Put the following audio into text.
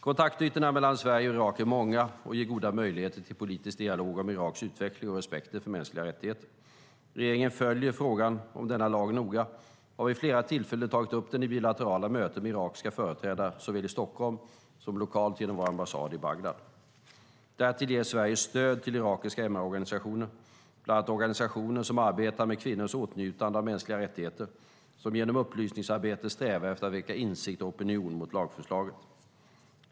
Kontaktytorna mellan Sverige och Irak är många och ger goda möjligheter till politisk dialog om Iraks utveckling och respekten för mänskliga rättigheter. Regeringen följer frågan om denna lag noga och har vid flera tillfällen tagit upp den i bilaterala möten med irakiska företrädare såväl i Stockholm som lokalt genom vår ambassad i Bagdad. Därtill ger Sverige stöd till irakiska MR-organisationer, bland annat organisationer som arbetar med kvinnors åtnjutande av mänskliga rättigheter och som genom upplysningsarbete strävar efter att väcka insikt och opinion mot lagförslaget.